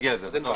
נגיע לזה.